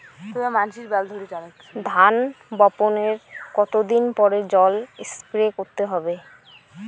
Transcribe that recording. ধান বপনের কতদিন পরে জল স্প্রে করতে হবে?